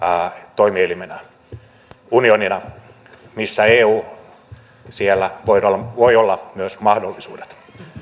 toimielimenä unionina missä eu siellä voi olla myös mahdollisuudet